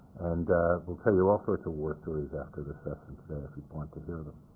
and will tell you all sorts of war stories after this session today if you want to hear them.